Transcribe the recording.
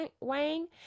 Wang